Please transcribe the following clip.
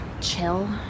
chill